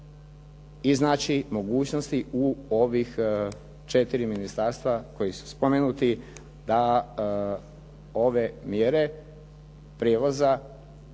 iznaći mogućnosti u ovih četiri ministarstva koji su spomenuti da ove mjere prijevoza